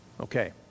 Okay